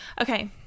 Okay